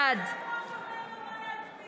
בעד מה זה צריך להיות שהיושב-ראש אומר לו מה להצביע?